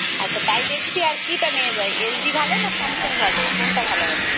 আচ্ছা তাই দেখছি আর কীটা নিয়ে যাই এল জি ভালো না স্যামসাং ভালো কোনটা ভালো হবে